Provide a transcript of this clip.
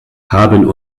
haben